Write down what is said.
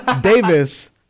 Davis